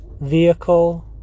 vehicle